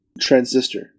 Transistor